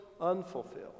unfulfilled